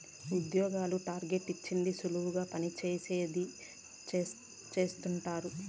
ఉద్యోగులకు టార్గెట్ ఇచ్చేది సులువుగా పని చేయించేది చేస్తండారు